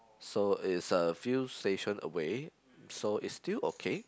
so it's a few station away so it's still okay